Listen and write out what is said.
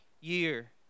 year